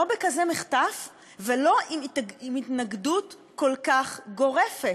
בכזה מחטף ולא עם התנגדות כל כך גורפת.